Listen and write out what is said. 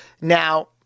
Now